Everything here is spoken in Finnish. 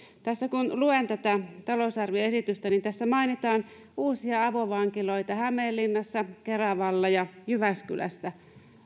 tässä kun luen tätä talousarvioesitystä niin tässä mainitaan uusia avovankiloita hämeenlinnassa keravalla ja jyväskylässä